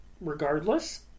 regardless